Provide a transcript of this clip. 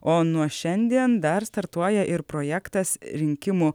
o nuo šiandien dar startuoja ir projektas rinkimų